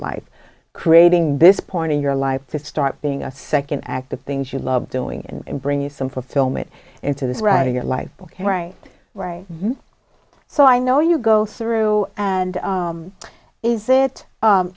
life creating this point in your life to start being a second act the things you love doing and bring you some fulfillment into this right of your life ok right right so i know you go through and is it